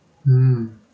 mm